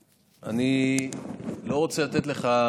אני לא רוצה לתת לך,